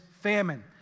famine